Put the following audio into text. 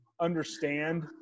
understand